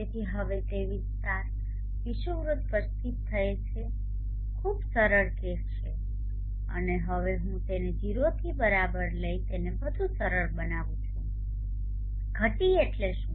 તેથી હવે તે વિસ્તાર વિષુવવૃત્ત પર સ્થિત થયેલ છે ખૂબ સરળ કેસ છે અને હવે હું તેને 0 થી બરાબર લઇને તેને વધુ સરળ બનાવું છું ઘટી એટલે શું